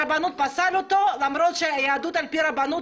הרבנות פסלה אותו למרות שהיהדות על פי הרבנות